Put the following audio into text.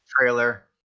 trailer